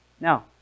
Now